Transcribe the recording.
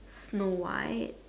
Snow-White